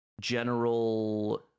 general